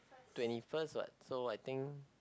twenty first what so I think